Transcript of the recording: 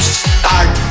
start